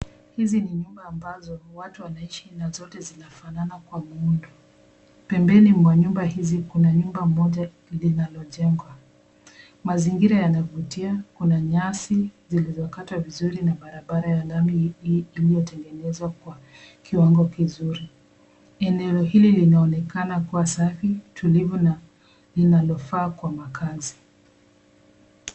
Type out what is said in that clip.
Hizi ni nyumba ambazo watu wanaishi na zote zinafanana kwa muundo. Pembeni mwa nyumba izi kuna nyumba moja linalojengwa. Mazingira yanavutia. Kuna nyasi zilizokatwa vizuri na barabara ya lami iliyotengenezwa kwa kiwango kizuri. Eneo hili linaonekana kuwa safi, tulivu na linalofaa kwa makazi.